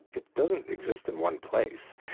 it doesn't exist in one place.